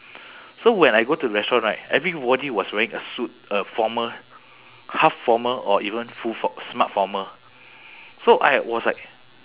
so when I go to the restaurant right everybody was wearing a suit a formal half formal or even full for~ smart formal so I was like